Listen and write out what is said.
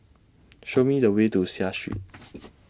Show Me The Way to Seah Street